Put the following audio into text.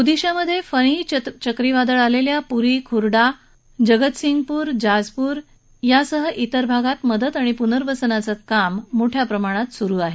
ओदिशामधे फानी चक्रीवादळ आलेल्या पुरी खुरडा जगतसिंगपूर जाजपूर सह तिर भागात मदत आणि पूर्नवसनाचं काम मोठया प्रमाणात सुरु आहे